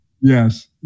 Yes